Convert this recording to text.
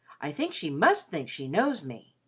i think she must think she knows me.